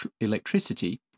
electricity